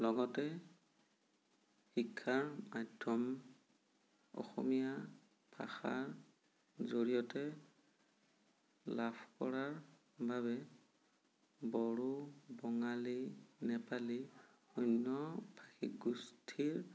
লগতে শিক্ষাৰ মাধ্যম অসমীয়া ভাষা জৰিয়তে লাভ কৰাৰ বাবে বড়ো বঙালী নেপালী অন্য ভাষিকগোষ্ঠীৰ